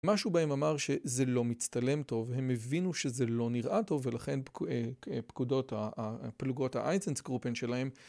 משהו בהם אמר שזה לא מצטלם טוב, הם הבינו שזה לא נראה טוב ולכן פקודות הפלוגות האייצנס קרופן שלהם